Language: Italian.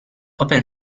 open